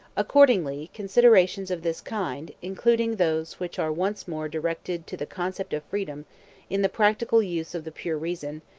accordingly considerations of this kind, including those which are once more directed to the concept of freedom in the practical use of the pure reason,